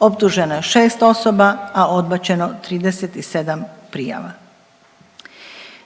Optuženo je šest osoba, a odbačeno 37 prijava.